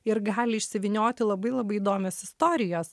ir gali išsivynioti labai labai įdomios istorijos